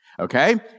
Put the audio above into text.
Okay